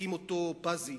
הקים אותו פזי,